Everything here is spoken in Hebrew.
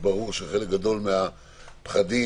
במקום חלק גדול מהפחדים,